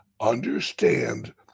Understand